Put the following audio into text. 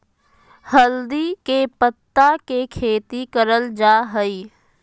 हल्दी के पत्ता के खेती करल जा हई